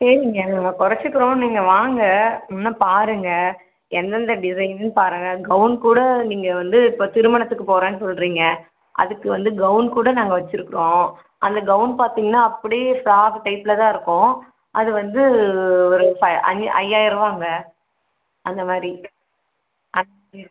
சரிங்க நாங்கள் குறச்சிக்குறோம் நீங்கள் வாங்க இன்னும் பாருங்கள் எந்தெந்த டிசைனுன்னு பாருங்கள் கௌன் கூட நீங்கள் வந்து இப்போ திருமணத்துக்குப் போகிறேன்னு சொல்கிறீங்க அதுக்கு வந்து கௌன் கூட நாங்கள் வச்சிருக்கிறோம் அந்த கௌன் பார்த்தீங்கன்னா அப்படியே ஸ்கார்ப்பு டைப்ல தான் இருக்கும் அது வந்து ஒரு ஃபை ஐ ஐயாயர ரூபாங்க அந்தமாதிரி ஆ